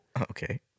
Okay